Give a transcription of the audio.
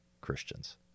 Christians